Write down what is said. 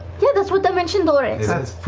yeah, that's what dimension door is.